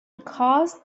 cause